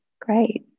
Great